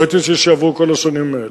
לא ידעתי שיעברו כל השנים האלה.